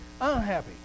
unhappy